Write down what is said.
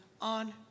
on